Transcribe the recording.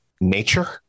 nature